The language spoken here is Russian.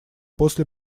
после